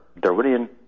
Darwinian